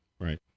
Right